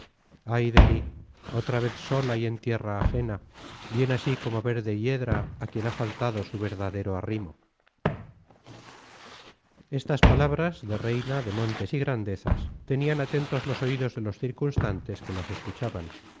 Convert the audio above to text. ay de mí otra vez sola y en tierra ajena bien así como verde hiedra á quien ha faltado su verdadero arrimo estas palabras de reina de montes y grandezas tenian atentos los oidos de los circunstantes que las escuchaban